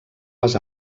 les